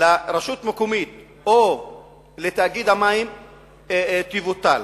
לרשות מקומית או לתאגיד המים תבוטל,